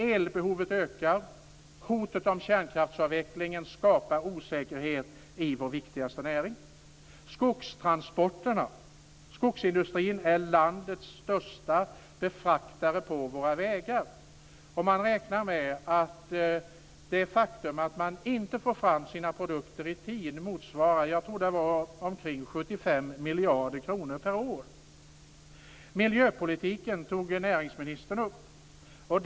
Elbehovet ökar. Hotet om kärnkraftsavvecklingen skapar osäkerhet i vår viktigaste näring. När det gäller skogstransporterna vill jag säga att skogsindustrin är landets största fraktare på våra vägar. Man räknar med att det faktum att man inte får fram sina produkter i tid motsvarar omkring 75 miljarder kronor per år, tror jag att det var. Näringsministern tog upp miljöpolitiken.